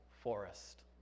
forest